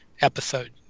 episode